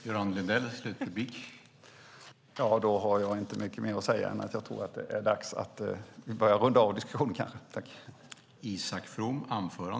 Herr talman! Då har jag inte mycket mer att säga än att jag tror att det är dags att vi börjar runda av diskussionen.